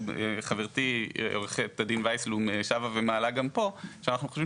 וחברתי עוה"ד ויסבלום שבה ומעלה גם פה אנחנו חושבים